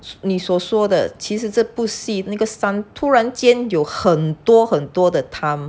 你所说的其实这部戏那个 son 突然间有很多很多的 time